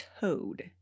Toad